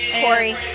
Corey